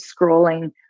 scrolling